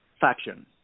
faction